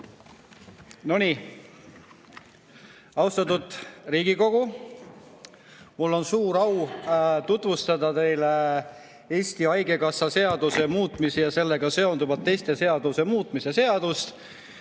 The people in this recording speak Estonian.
rääkida. Austatud Riigikogu! Mul on suur au tutvustada teile Eesti Haigekassa seaduse muutmise ja sellega seonduvalt teiste seaduste muutmise seaduse